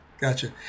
Gotcha